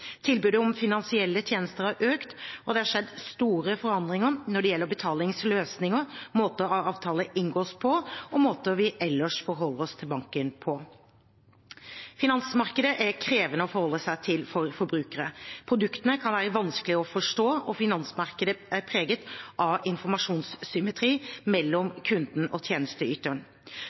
Tilbudet om finansielle tjenester har økt, og det har skjedd store forandringer når det gjelder betalingsløsninger, måter avtaler inngås på, og måter vi ellers forholder oss til banken på. Finansmarkedet er krevende å forholde seg til for forbrukerne. Produktene kan være vanskelige å forstå, og finansmarkedet er preget av informasjonsasymmetri mellom kunden og tjenesteyteren.